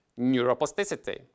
neuroplasticity